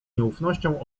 nieufnością